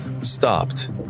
stopped